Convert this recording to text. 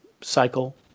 cycle